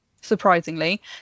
surprisingly